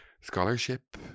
Scholarship